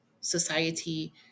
society